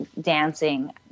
dancing